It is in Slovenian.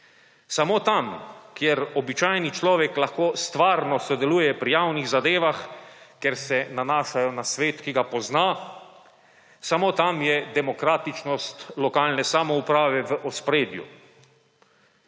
samo tam, kjer običajni človek lahko stvarno sodeluje pri javnih zadevah, ker se nanašajo na svet, ki ga pozna, samo tam je demokratičnost lokalne samouprave v ospredju.